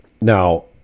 Now